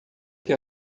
que